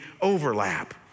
overlap